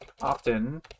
often